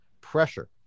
pressure